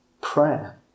prayer